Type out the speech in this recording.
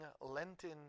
Lenten